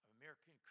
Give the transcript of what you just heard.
American